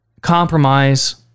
compromise